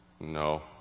No